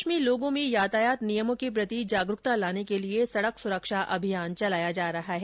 प्रदेश में लोगों में यातायात नियमों के प्रति जागरूकता लाने के लिये सडक सुरक्षा अभियान चलाया जा रहा है